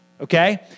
okay